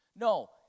No